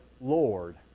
Lord